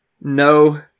No